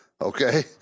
okay